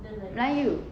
melayu